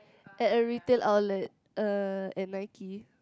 at a retail outlet uh at Nike